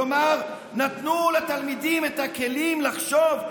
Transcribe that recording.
כלומר נתנו לתלמידים את הכלים לחשוב.